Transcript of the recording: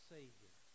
Savior